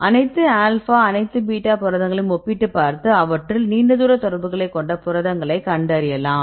அனைத்து ஆல்பா அனைத்து பீட்டா புரதங்களையும் ஒப்பிட்டுப் பார்த்து அவற்றில் நீண்ட தூர தொடர்புகளைக் கொண்ட புரதங்களை கண்டறியலாம்